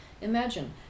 Imagine